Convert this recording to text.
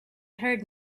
heard